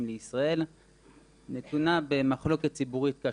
לישראל נתונה במחלוקת ציבורית קשה.